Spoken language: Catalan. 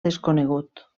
desconegut